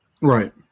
Right